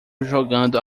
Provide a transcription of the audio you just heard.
jogando